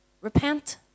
Repent